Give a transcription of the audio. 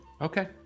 Okay